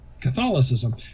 Catholicism